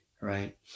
Right